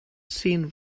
seen